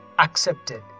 accepted